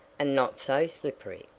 and not so slippery.